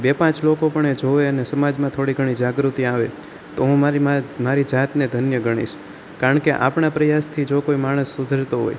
બે પાંચ લોકો પણ એ જોવે અને સમાજમાં થોડી ઘણી જાગૃતિ આવે તો હું મારી જાત મારી જાતને ધન્ય ગણીશ કારણ કે આપણા પ્રયાસથી જો કોઈ માણસ સુધરતો હોય